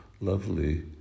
lovely